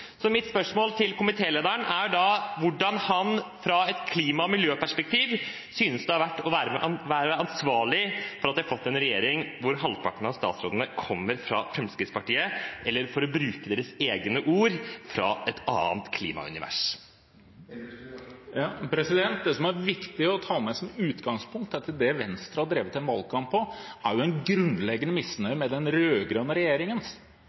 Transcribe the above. Mitt spørsmål til komitélederen er hvordan han, ut fra et klima- og miljøperspektiv, synes det har vært å være ansvarlig for at vi har fått en regjering hvor halvparten av statsrådene kommer fra Fremskrittspartiet – eller for å bruke deres egne ord: fra et annet klimaunivers. Det som er viktig å ta med som et utgangspunkt, er at det Venstre har drevet en valgkamp på, er en grunnleggende misnøye med den rød-grønne regjeringens